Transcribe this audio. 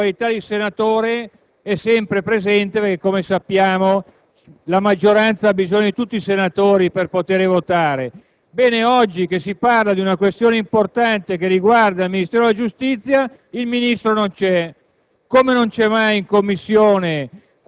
curioso anche il fatto che il ministro Mastella, in qualità di senatore, sia sempre presente perché, come sappiamo, la maggioranza ha bisogno di tutti i senatori per votare, mentre oggi che si parla di una questione importante che riguarda il Ministero della giustizia il Ministro non c'è,